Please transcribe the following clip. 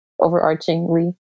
overarchingly